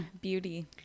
beauty